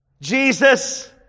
Jesus